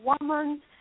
woman